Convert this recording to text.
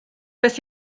beth